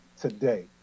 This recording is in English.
today